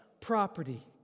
property